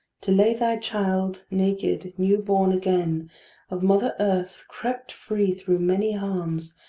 to lay thy child, naked, new-born again of mother earth, crept free through many harms,